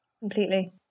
completely